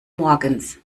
morgens